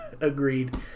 Agreed